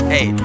Hey